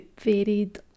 varied